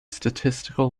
statistical